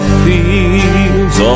fields